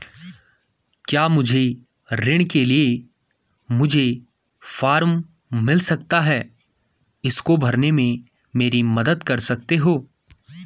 क्या मुझे ऋण के लिए मुझे फार्म मिल सकता है इसको भरने में मेरी मदद कर सकते हो?